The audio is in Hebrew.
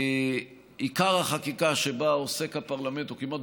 עיקר החקיקה שבה עוסק הפרלמנט הוא כמעט